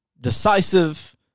decisive